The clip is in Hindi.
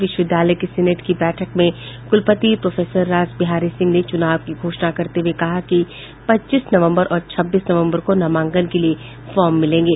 विश्वविद्यालय के सीनेट की बैठक में कुलपति प्रोफेसर रासबिहारी सिंह ने चुनाव की घोषणा करते हुए कहा कि पच्चीस नवम्बर और छब्बीस नवम्बर को नामांकन के लिए फार्म मिलेंगे